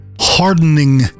hardening